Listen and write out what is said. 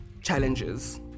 challenges